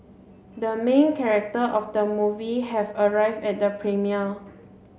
the main character of the movie has arrived at the premiere